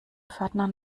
pförtner